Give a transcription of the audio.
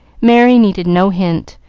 merry needed no hint,